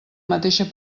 mateixa